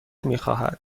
میخواهد